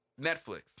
Netflix